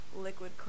liquid